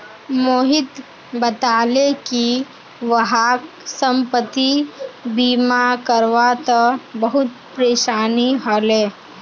मोहित बताले कि वहाक संपति बीमा करवा त बहुत परेशानी ह ले